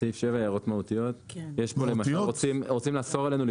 לא רוצה קשר אתכם.